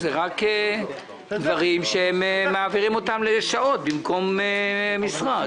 שאלה רק דברים שמעבירים אותם לשעות במקום משרה.